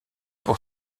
pour